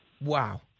Wow